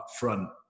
upfront